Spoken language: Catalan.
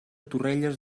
torrelles